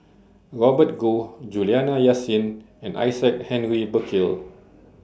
Robert Goh Juliana Yasin and Isaac Henry Burkill